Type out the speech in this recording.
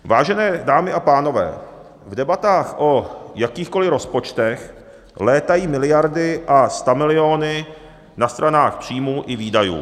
Vážené dámy a pánové, v debatách o jakýchkoliv rozpočtech létají miliardy a stamiliony na stranách příjmů i výdajů.